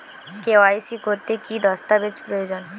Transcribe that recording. KYC করতে কি দস্তাবেজ প্রয়োজন?